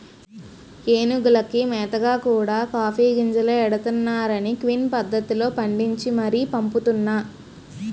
ఏనుగులకి మేతగా కూడా కాఫీ గింజలే ఎడతన్నారనీ క్విన్ పద్దతిలో పండించి మరీ పంపుతున్నా